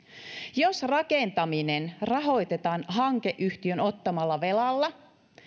jos rakentaminen rahoitetaan hankeyhtiön ottamalla velalla